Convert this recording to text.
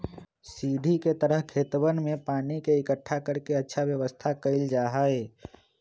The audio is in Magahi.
सीढ़ी के तरह खेतवन में पानी के इकट्ठा कर के अच्छा व्यवस्था कइल जाहई